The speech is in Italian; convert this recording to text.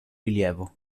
rilievo